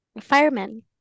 firemen